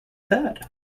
that